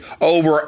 over